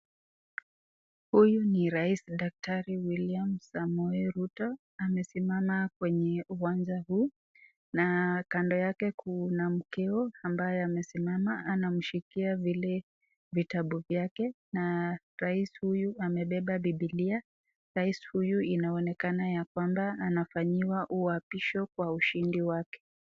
Huyu ni rais daktari William Samoei Ruto amesimama kwenye uwanja huu na kando yake kuna mkeo ambaye amesimama anamshikia vile vitabu vyake na rais huyu amebeba bibilia. Rais huyu anaonekana ya kwamba anafanyiwa uapisho kwa ushindi wake.